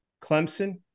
Clemson